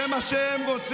אולי זה מה שהם רוצים.